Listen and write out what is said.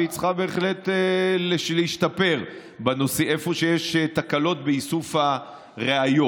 והיא צריכה בהחלט להשתפר איפה שיש תקלות באיסוף הראיות.